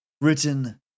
Written